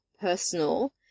personal